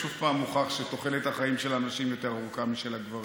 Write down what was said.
שוב הוכח שתוחלת החיים של הנשים ארוכה יותר משל הגברים.